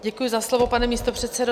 Děkuji za slovo, pane místopředsedo.